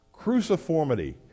Cruciformity